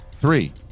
three